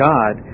God